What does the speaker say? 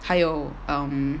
还有 um